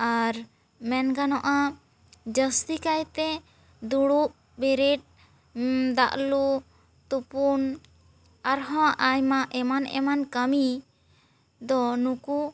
ᱟᱨ ᱢᱮᱱ ᱜᱟᱱᱚᱜ ᱟ ᱡᱟᱹᱥᱛᱤ ᱠᱟᱭ ᱛᱮ ᱫᱩᱲᱩᱵ ᱵᱮᱨᱮᱫ ᱫᱟᱜ ᱞᱩ ᱛᱩᱯᱩᱱ ᱟᱨᱦᱚᱸ ᱟᱭᱢᱟ ᱮᱢᱟᱱ ᱮᱢᱟᱱ ᱠᱟᱹᱢᱤ ᱫᱚ ᱱᱩᱠᱩ